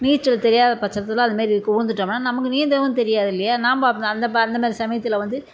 நீச்சல் தெரியாத பட்சத்தில் அதுமாரி இருக்கும் உழுந்துட்டோம்னா நமக்கு நீந்தவும் தெரியாது இல்லையா நம்ம அப் அந்த ப அந்தமாரி சமயத்தில் வந்து